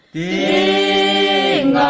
a